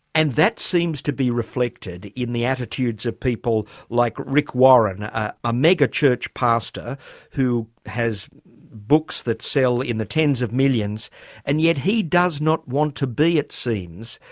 and that seems to be reflected in the attitudes of people like rick warren a ah mega-church pastor who has books that sell in the tens of millions and yet he does not want to be, it seems,